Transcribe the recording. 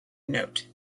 note